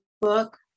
book